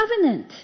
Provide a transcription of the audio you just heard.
covenant